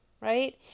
Right